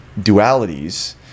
dualities